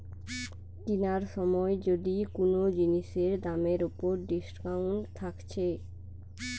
কিনার সময় যদি কুনো জিনিসের দামের উপর ডিসকাউন্ট থাকছে